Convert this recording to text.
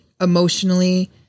emotionally